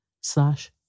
slash